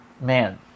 Man